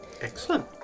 Excellent